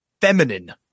feminine